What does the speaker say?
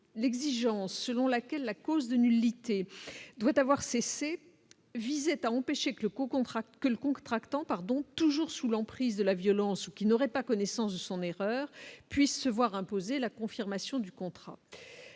l'exigence selon laquelle la cause de nullité doit avoir cessé visait à empêcher que le co-contractants quelconque tractant pardon, toujours sous l'emprise de la violence, ou qui n'auraient pas connaissance de son erreur, puis se voir imposer la confirmation du contrat,